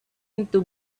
into